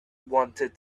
wanted